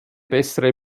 bessere